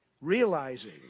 realizing